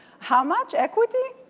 how much equity?